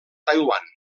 taiwan